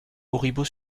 auribeau